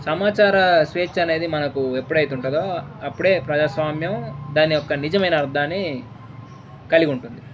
సమాచార స్వేచ్ఛ అనేది మనకు ఎప్పుడైతే ఉంటుందో అప్పుడే ప్రజాస్వామ్యం దాని యొక్క నిజమైన అర్థాన్ని కలిగి ఉంటుంది